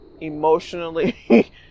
emotionally